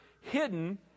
hidden